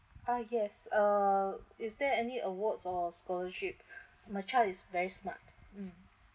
ah yes err is there any awards or scholarship my child is very smart mmhmm